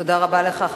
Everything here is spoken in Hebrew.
תודה רבה לך,